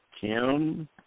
Kim